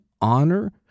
honor